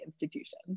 institution